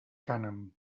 cànem